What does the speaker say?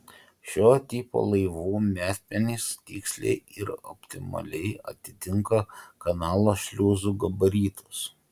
šio tipo laivų metmenys tiksliai ir optimaliai atitinka kanalo šliuzų gabaritus